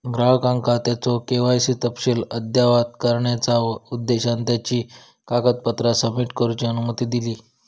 ग्राहकांका त्यांचो के.वाय.सी तपशील अद्ययावत करण्याचा उद्देशान त्यांची कागदपत्रा सबमिट करूची अनुमती दिली